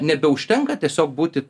nebeužtenka tiesiog būti